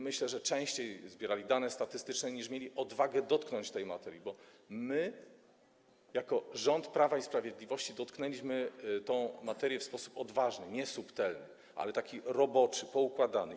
Myślę, że te osoby częściej zbierały dane statystyczne niż miały odwagę dotknąć tej materii, bo my jako rząd Prawa i Sprawiedliwości dotknęliśmy tej materii w sposób odważny, nie subtelny, ale taki roboczy, poukładany.